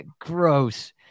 Gross